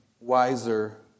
wiser